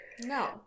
No